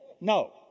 No